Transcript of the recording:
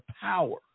power